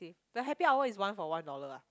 the happy hour is one for one dollar ah